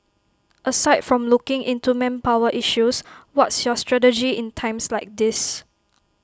aside from looking into manpower issues what's your strategy in times like these